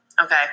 Okay